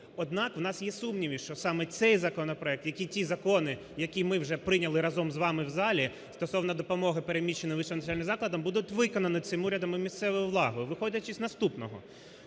Однак у нас є сумніви, що саме цей законопроект, як і ті закони, які ми вже прийняли разом з вами в залі стосовно допомоги переміщеним вищим навчальним закладам, будуть виконані цим урядом і місцевою владою, виходячи з наступного.